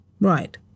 Right